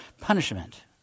punishment